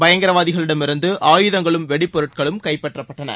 பயங்கரவாதிகளிடமிருந்து ஆயுதங்களும் வெடிபொருட்களும் கைப்பற்றப்பட்டன